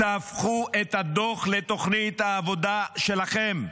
הפכו את הדוח לתוכנית העבודה שלכם,